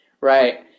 right